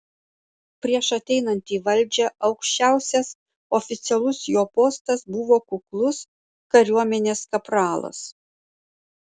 prieš ateinant į valdžią aukščiausias oficialus jo postas buvo kuklus kariuomenės kapralas